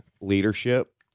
leadership